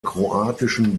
kroatischen